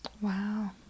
Wow